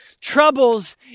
troubles